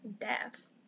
death